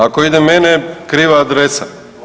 Ako ide mene, kriva adresa.